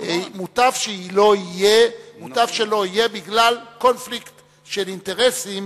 מוטב שלא יהיה בגלל קונפליקט של אינטרסים,